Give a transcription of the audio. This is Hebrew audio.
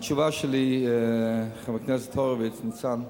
התשובה שלי היא, חבר הכנסת הורוביץ, ניצן,